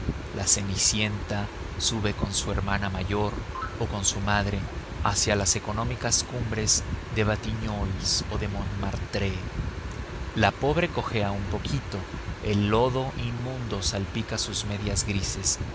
la cenicienta sube con su hermana mayor o con su madre hacia las económicas cumbres de batignolles o de montmartre la pobre cojea un poquito el lodo inmundo salpica sus medias grises